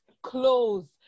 clothes